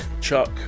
Chuck